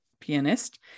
pianist